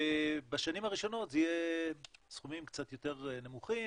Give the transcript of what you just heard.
בשנים הראשונות זה יהיה סכומים קצת יותר נמוכים,